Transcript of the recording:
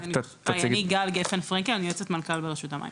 אני יועצת מנכ"ל ברשות המים.